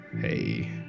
Hey